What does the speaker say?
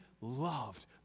loved